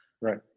right